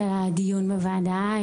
על הדיון בוועדה.